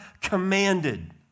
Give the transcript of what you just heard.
commanded